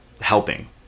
helping